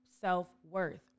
self-worth